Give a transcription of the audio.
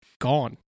gone